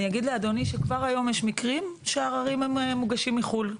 אגיד לאדוני שכבר היום יש מקרים שעררים מוגשים מחו"ל,